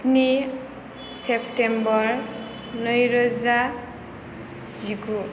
स्नि सेप्टेम्बर नै रोजा जिगु